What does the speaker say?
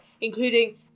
including